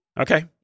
Okay